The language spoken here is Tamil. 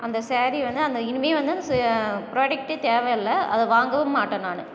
அந்த ஸேரி வந்து அந்த இனிமேல் வந்து அந்த ப்ராடக்ட்டே தேவையில்லை அதை வாங்கவும் மாட்டேன் நான்